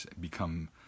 become